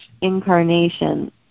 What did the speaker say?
incarnation